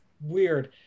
weird